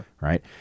right